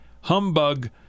Humbug